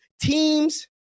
teams